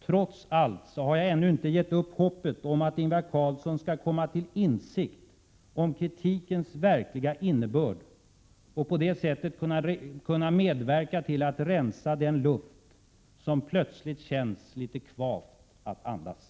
Trots allt har jag ännu inte gett upp hoppet om att Ingvar Carlsson skall komma till insikt om kritikens verkliga innebörd och på det sättet kunna medverka till att rensa den luft som plötsligt känns litet kvav att andas.